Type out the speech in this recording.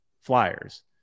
flyers